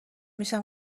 میشم